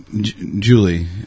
Julie